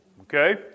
Okay